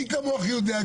מי כמוך יודע,